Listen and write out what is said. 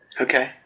Okay